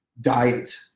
diet